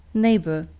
neighbor,